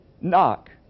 Knock